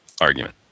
argument